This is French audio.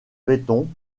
béton